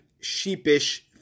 sheepish